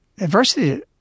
adversity